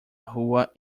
rua